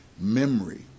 Memory